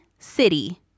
City